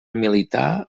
militar